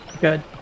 Good